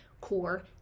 core